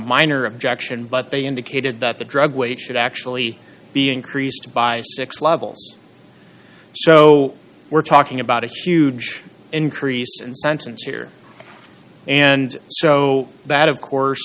minor objection but they indicated that the drug weight should actually be increased by six levels so we're talking about a huge increase in sentence here and that of course